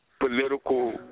political